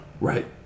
right